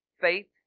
faith